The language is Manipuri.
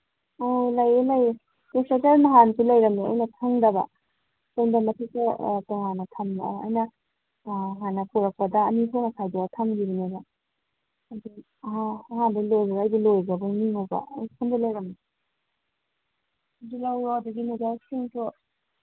ꯑꯪ ꯂꯩꯌꯦ ꯂꯩꯌꯦ ꯅꯠꯀ꯭ꯔꯦꯀꯔ ꯅꯍꯥꯟꯁꯨ ꯂꯩꯔꯝꯝꯦ ꯑꯩꯅ ꯈꯪꯗꯕ ꯁꯣꯝꯗ ꯃꯊꯛꯇ ꯇꯣꯉꯥꯟꯅ ꯊꯝꯕ ꯑꯩꯅ ꯍꯥꯟꯅ ꯄꯨꯔꯛꯄꯗ ꯑꯅꯤ ꯊꯣꯛꯅ ꯈꯥꯏꯗꯣꯛꯑꯒ ꯊꯝꯒꯤꯕꯅꯦꯕ ꯑꯗꯩ ꯑꯥ ꯑꯍꯥꯟꯕꯩ ꯂꯣꯏꯒ꯭ꯔꯒ ꯑꯩꯗꯤ ꯂꯣꯏꯒ꯭ꯔꯕꯣꯏ ꯅꯤꯡꯉꯨꯕ ꯑꯦ ꯁꯣꯝꯗ ꯂꯩꯔꯝꯃꯦ ꯑꯗꯨ ꯂꯧꯔꯣ ꯑꯗꯒꯤ ꯅꯨꯗꯜꯁꯤꯡꯁꯨ